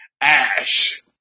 Ash